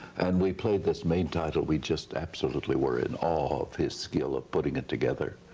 and we played this main title we just absolutely were in awe of his skill of putting it together.